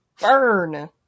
Burn